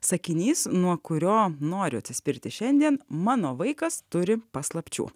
sakinys nuo kurio noriu atsispirti šiandien mano vaikas turi paslapčių